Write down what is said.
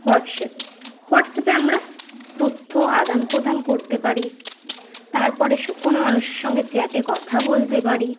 WhatsApp হোয়াটসঅ্যাপে আমরা তথ্য আদান প্রদান করতে পারি তারপরে কোনো মানুষের সঙ্গে চ্যাটে কথা বলতে পারি